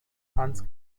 hans